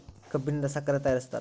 ಕಬ್ಬಿನಿಂದ ಸಕ್ಕರೆ ತಯಾರಿಸ್ತಾರ